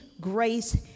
grace